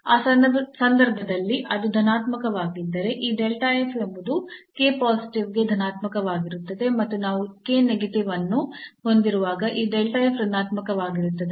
ಆ ಸಂದರ್ಭದಲ್ಲಿ ಅದು ಧನಾತ್ಮಕವಾಗಿದ್ದರೆ ಈ delta f ಎಂಬುದು k positive ಗೆ ಧನಾತ್ಮಕವಾಗಿರುತ್ತದೆ ಮತ್ತು ನಾವು k negative ಯನ್ನು ಹೊಂದಿರುವಾಗ ಈ delta f ಋಣಾತ್ಮಕವಾಗಿರುತ್ತದೆ